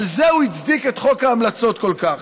על זה הוא הצדיק את חוק ההמלצות כל כך.